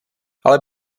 ale